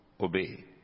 obey